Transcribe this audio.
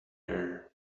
air